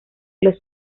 los